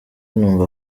numva